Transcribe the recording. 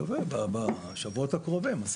בשבועות הקרובים.